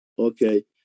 Okay